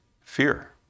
fear